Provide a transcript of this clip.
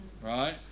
right